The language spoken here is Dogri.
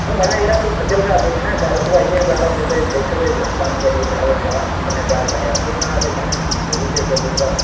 ओह् मड़ा यरा तूं खज्जल खराबी नि ना कर तूं आइयै साढ़े सिद्धा दिक्ख ते कम्म करियै फटाफट जा कन्नै चार पैसे आपूं बनाऽ ते कन्नै मेरी सिरदर्दी मकाऽ